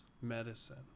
medicine